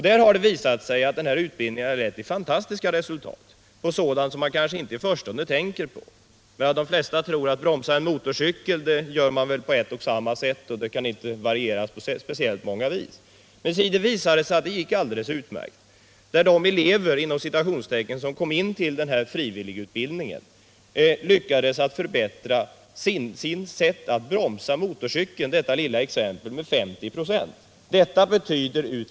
Det visade sig Nr 23 att denna utbildning ledde till fantastiska resultat när det gäller sådant Onsdagen den som man i förstone kanske inte tänker på. De flesta tror att en motorcykel 9 november 1977 inte kan bromsas på mer än ett sätt och att tekniken inte kan varieras särskilt mycket. Men se, det visade sig att detta gick alldeles utmärkt. — Trafiksäkerhet och De ”elever” som genomgick denna frivilligutbildning lyckades — för att — trafikföreskrifter, nu bara ta detta lilla exempel — förbättra sin förmåga att bromsa mo = Mm.m.